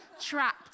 trapped